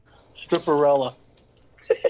Stripperella